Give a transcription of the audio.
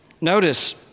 Notice